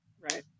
Right